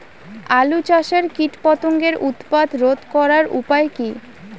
আলু চাষের কীটপতঙ্গের উৎপাত রোধ করার উপায় কী?